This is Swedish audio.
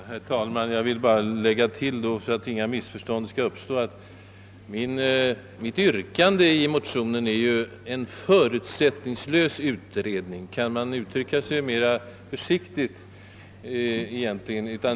Herr talman! Jag vill bara tillägga, för att inga missförstånd skall uppstå, att mitt yrkande i motionen avser en förutsättningslös utredning. Kan man egentligen uttrycka sig mer försiktigt?